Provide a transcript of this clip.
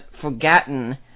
forgotten